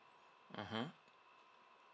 mmhmm